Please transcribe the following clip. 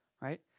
right